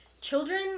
children